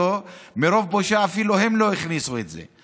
מרוב בושה אפילו הם לא הכניסו את זה.